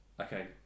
okay